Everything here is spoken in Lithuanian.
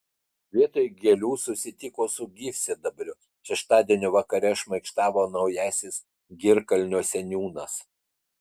vietoj gėlių sutiko su gyvsidabriu šeštadienio vakare šmaikštavo naujasis girkalnio seniūnas